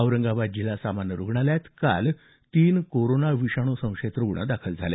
औरंगाबाद जिल्हा सामान्य रूग्णालयात काल तीन कोरोना विषाणू संशयित रूग्ण दाखल झाले